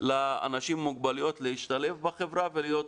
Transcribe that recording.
לאנשים עם מוגבלויות להשתלב בחברה ולהיות